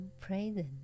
present